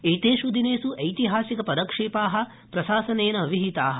एतेष् दिनेष् ऐतिहासिक पदक्षेपा प्रशासनेन विहिता